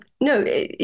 No